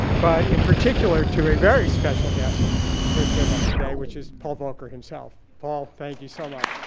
but in particular to a very special guest who is with us today, which is paul volcker himself. paul, thank you so much.